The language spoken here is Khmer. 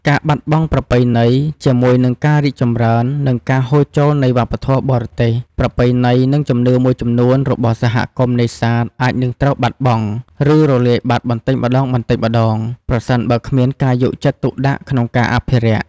ការបាត់បង់ប្រពៃណី ជាមួយនឹងការរីកចម្រើន និងការហូរចូលនៃវប្បធម៌បរទេស ប្រពៃណី និងជំនឿមួយចំនួនរបស់សហគមន៍នេសាទអាចនឹងត្រូវ បាត់បង់ ឬរលាយបាត់ បន្តិចម្តងៗ ប្រសិនបើគ្មានការយកចិត្តទុកដាក់ក្នុងការអភិរក្ស។